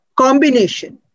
combination